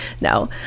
no